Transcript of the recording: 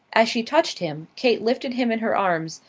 as she touched him kate lifted him in her arms,